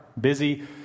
busy